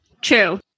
True